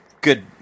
good